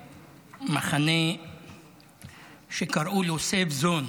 במחנה שקראו לו safe zone,